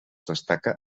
destaca